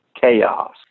chaos